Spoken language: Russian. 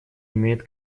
имеет